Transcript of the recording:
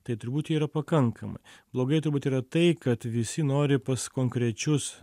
tai turbūt yra pakankamai blogai turbūt yra tai kad visi nori pas konkrečius